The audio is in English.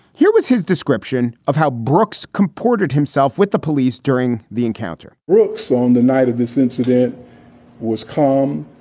here was his description of how brooks comported himself with the police during the encounter brooks, on the night of this incident was calm.